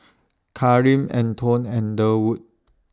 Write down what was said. Karim Antone and Durwood